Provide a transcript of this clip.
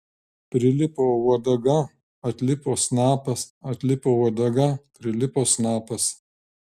prilipo uodega atlipo snapas atlipo uodega prilipo snapas